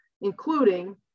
including